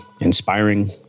inspiring